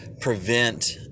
prevent